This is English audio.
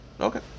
Okay